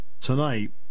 tonight